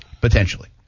potentially